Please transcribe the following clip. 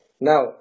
Now